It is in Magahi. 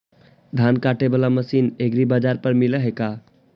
धान काटे बाला मशीन एग्रीबाजार पर मिल है का?